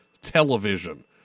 television